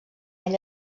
ell